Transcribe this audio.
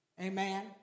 Amen